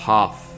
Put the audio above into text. Half